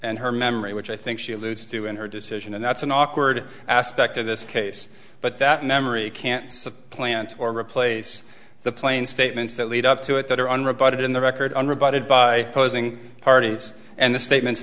and her memory which i think she alludes to in her decision and that's an awkward aspect of this case but that memory can't supplant or replace the plain statements that lead up to it that are on reported in the record on rebutted by posing parties and the statements